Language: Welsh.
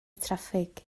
traffig